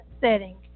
setting